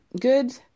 good